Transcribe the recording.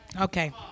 okay